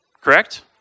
correct